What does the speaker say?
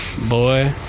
Boy